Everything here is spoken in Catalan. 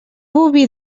boví